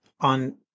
on